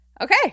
Okay